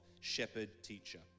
shepherd-teacher